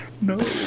No